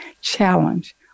challenge